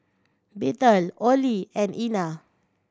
Bethel Ollie and Ena